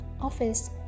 office